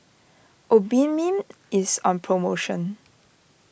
Obimin is on promotion